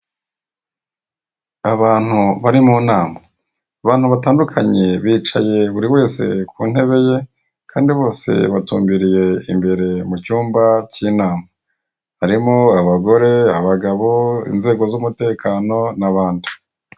Abantu bari mu nama. Abantu batandukanye bicaye buri wese ku ntebe ye kandi bose batumbereye imbere mu cyumba k'inama. Harimo abagore, abagabo, inzego z'umutekano n'abandi.